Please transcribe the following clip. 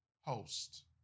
host